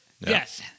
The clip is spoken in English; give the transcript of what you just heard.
Yes